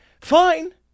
fine